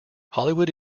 hollywood